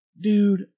dude